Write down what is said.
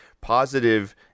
positive